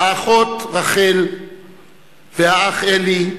האחות רחל והאח אלי,